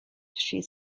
she